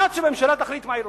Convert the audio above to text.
עד שהממשלה תחליט מה היא רוצה.